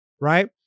Right